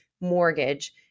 mortgage